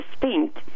distinct